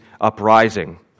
uprising